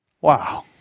Wow